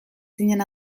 zinen